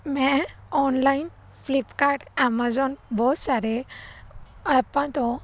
ਮੈਂ online Flipkart Amazon ਬਹੁਤ ਸਾਰੇ ਐਪਾਂ ਤੋਂ